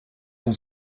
son